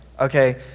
Okay